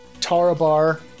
Tarabar